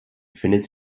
befindet